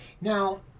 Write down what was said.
now